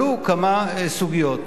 עלו כמה סוגיות.